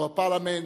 our parliament.